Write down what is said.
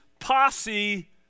Posse